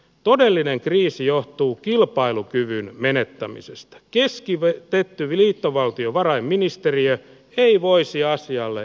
todellinen kriisi johtuu kilpailukyvyn menettämisestä keskivettä tyviliitto valtiovarainministeriö ei voisi asialle